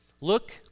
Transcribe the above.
Look